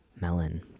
melon